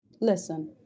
Listen